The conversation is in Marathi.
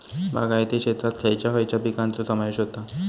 बागायती शेतात खयच्या खयच्या पिकांचो समावेश होता?